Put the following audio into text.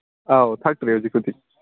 ꯑꯧ ꯊꯛꯇ꯭ꯔꯦ ꯍꯧꯖꯤꯛꯄꯨꯗꯤ